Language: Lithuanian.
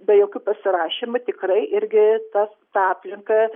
be jokių pasirašėmų tikrai irgi tas aplinkas